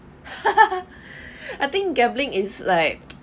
I think gambling is like